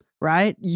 right